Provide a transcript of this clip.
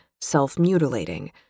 self-mutilating